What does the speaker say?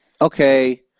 okay